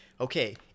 okay